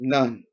None